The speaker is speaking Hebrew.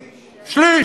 שליש.